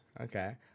Okay